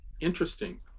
interesting